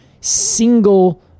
single